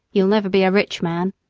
you'll never be a rich man.